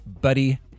buddy